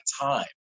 time